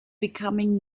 becoming